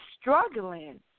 struggling